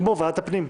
כמו ועדת הפנים.